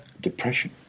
Depression